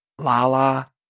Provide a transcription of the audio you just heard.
Lala